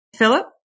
Philip